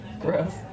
Gross